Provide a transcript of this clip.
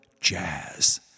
jazz